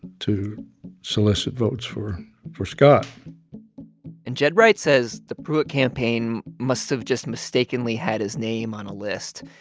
to solicit votes for for scott and ged wright says the pruitt campaign must have just mistakenly had his name on a list.